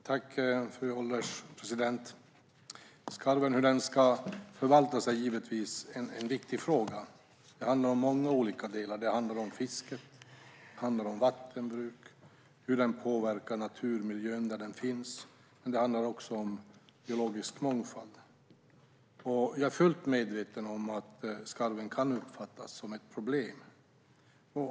Jag är fullt medveten om att skarven kan uppfattas som ett problem.